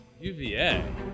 UVA